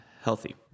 healthy